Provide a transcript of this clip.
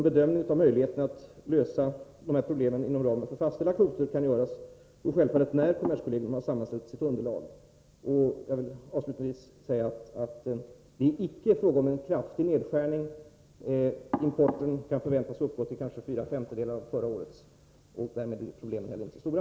En bedömning av möjligheterna att lösa problemen inom ramen för fastställda kvoter kan självfallet göras när kommerskollegium har sammanställt sitt underlag. Jag vill avslutningsvis säga att det icke är fråga om en kraftig nedskärning — importen kan förväntas uppgå till kanske fyra femtedelar av förra årets, och därmed blir problemen inte heller så stora.